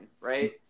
right